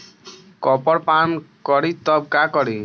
Copper पान करी तब का करी?